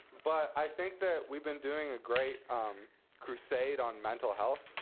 but i think that we've been doing a great um crusade on mental health.